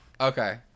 Okay